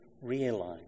Realize